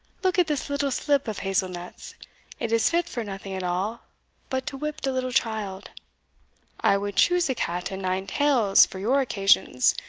look at this little slip of hazel nuts it is fit for nothing at all but to whip de little child i would choose a cat and nine tails for your occasions,